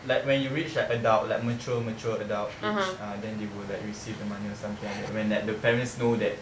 like when you reach like adult like mature mature adult age ah then they will like receive the money or something like that when like the parents know that